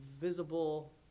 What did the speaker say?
visible